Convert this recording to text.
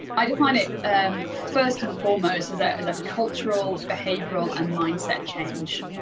i define it and first and foremost is that it's a cultural, behavioral, and mindset change.